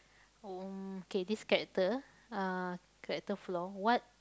oh okay this character uh character flaw what